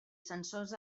sensors